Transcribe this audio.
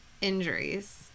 injuries